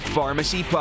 Pharmacy